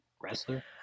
wrestler